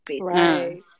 Right